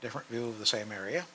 different view of the same area